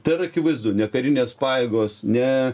tai yra akivaizdu ne karinės pajėgos ne